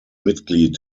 mitglied